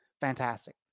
fantastic